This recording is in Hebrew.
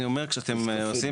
(הישיבה נפסקה בשעה